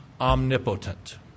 omnipotent